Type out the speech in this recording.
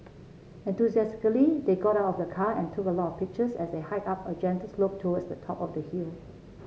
enthusiastically they got of the car and took a lot of pictures as they hiked up a gentle slope towards the top of the hill